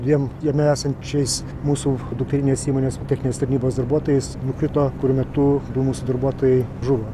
dviem jame esančiais mūsų dukterinės įmonės techninės tarnybos darbuotojais nukrito kur metu du mūsų darbuotojai žuvo